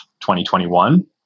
2021